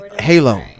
Halo